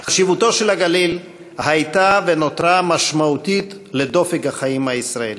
חשיבותו של הגליל הייתה ונותרה משמעותית לדופק החיים הישראלי.